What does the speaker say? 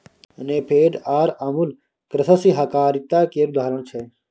नेफेड आर अमुल कृषि सहकारिता केर उदाहरण छै